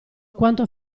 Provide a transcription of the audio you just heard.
quanto